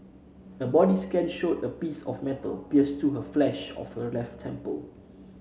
a body scan showed a small piece of metal pierced through the flesh of her left temple